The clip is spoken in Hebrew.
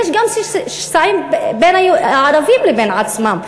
יש גם שסעים בין הערבים לבין עצמם,